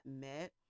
met